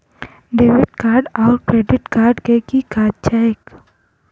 Debit card आओर credit card केँ की काज छैक?